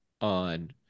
on